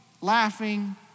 laughing